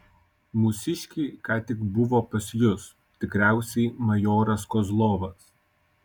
mūsiškiai ką tik buvo pas jus tikriausiai majoras kozlovas